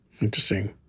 Interesting